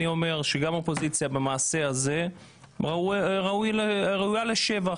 אני אומר שגם האופוזיציה במעשה הזה ראויה לשבח.